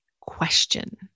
question